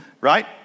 Right